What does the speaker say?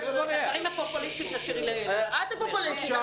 את הדברים הפופוליסטים תשאירי --- את הפופוליסטית.